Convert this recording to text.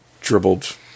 dribbled